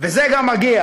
וזה גם מגיע,